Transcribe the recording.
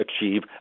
achieve